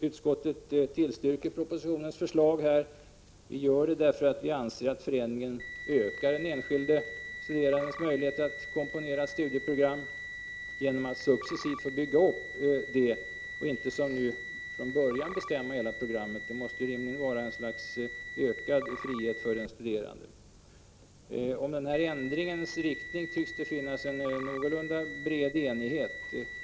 Utskottet tillstyrker propositionens förslag på denna punkt. Vi gör det därför att vi anser att förändringen ökar möjligheterna för den enskilde studerande att komponera ett studieprogram, genom att han successivt får bygga upp det och inte, som nu, från början måste bestämma hela programmet. Det innebär rimligen en ökad frihet för den studerande. Ändringens inriktning tycks det finnas en någorlunda bred enighet om.